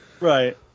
Right